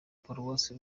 paruwasi